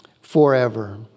forever